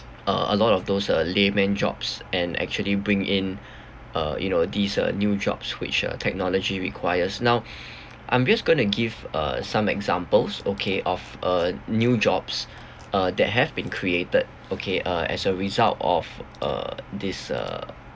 uh a lot of those uh layman jobs and actually bring in uh you know these uh new jobs which uh technology requires now I'm just going to give uh some examples okay of uh new jobs uh that have been created okay uh as a result of uh this uh